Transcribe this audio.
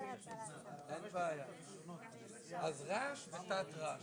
עזר עירוניים בנושא רעש.